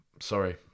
Sorry